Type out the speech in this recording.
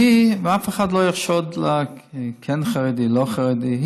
ואף אחד לא יחשוד בה שהיא כן חרדית, לא חרדית.